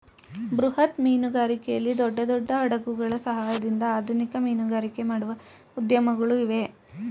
ಬೃಹತ್ ಮೀನುಗಾರಿಕೆಯಲ್ಲಿ ದೊಡ್ಡ ದೊಡ್ಡ ಹಡಗುಗಳ ಸಹಾಯದಿಂದ ಆಧುನಿಕ ಮೀನುಗಾರಿಕೆ ಮಾಡುವ ಉದ್ಯಮಗಳು ಇವೆ